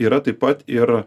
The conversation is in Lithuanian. yra taip pat ir